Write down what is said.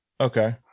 Okay